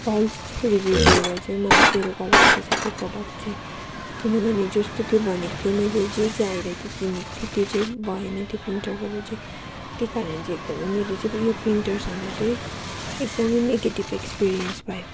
falls review दिएर चाहिँ मलाई सेल गरेको थिएछ त्यो प्रडक्ट चाहँ किनभने जस्तो त्यो भनेको थियो मैले जे चाहेर त्यो किनेको थिएँ त्यो चाहिँ भएन त्यो प्रिन्टरबाट चाहिँ त्यही कारण चाहिँ एकदमै मेरो चाहिँ अब यो प्रिन्टरसँग चाहिँ एकदमै नेगेटिभ एक्सपिरियन्स भयो